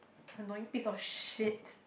annoying piece of shit